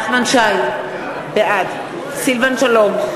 בעד סילבן שלום,